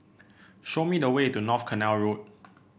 show me the way to North Canal Road